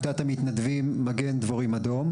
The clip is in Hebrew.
המתנדבים מגן דבורים אדום.